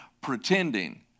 pretending